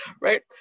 right